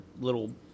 little